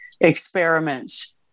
experiments